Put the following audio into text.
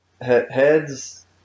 heads